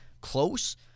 close